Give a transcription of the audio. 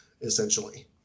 essentially